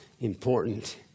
important